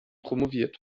promoviert